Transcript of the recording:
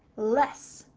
less,